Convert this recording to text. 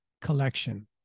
collection